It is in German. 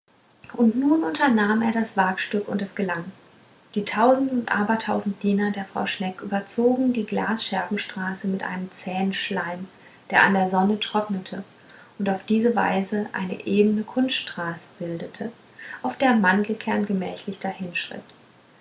und nun unternahm er das wagstück und es gelang die tausend und abertausend diener der frau schneck überzogen die glasscherbenstraße mit einem zähen schleim der an der sonne trocknete und auf diese weise eine ebne kunststraße bildete auf der mandelkern gemächlich